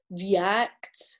react